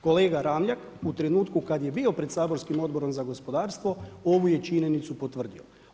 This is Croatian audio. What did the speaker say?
Kolega Ramljak u trenutku kada je bio pred saborskim Odborom za gospodarstvo ovu je činjenicu potvrdio.